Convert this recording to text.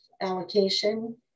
allocation